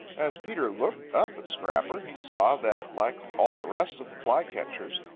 as peter looked up at scrapper he saw that, like all the rest of the flycatchers,